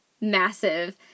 massive